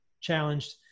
challenged